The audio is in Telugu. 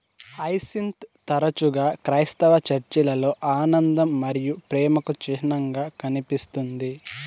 హైసింత్ తరచుగా క్రైస్తవ చర్చిలలో ఆనందం మరియు ప్రేమకు చిహ్నంగా కనిపిస్తుంది